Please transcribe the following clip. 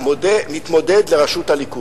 על ראשות הליכוד.